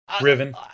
Riven